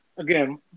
Again